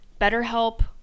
BetterHelp